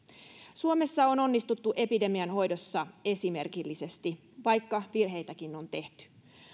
suomessa on onnistuttu epidemian hoidossa esimerkillisesti vaikka virheitäkin on tehty